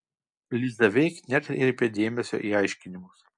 liza veik nekreipė dėmesio į aiškinimus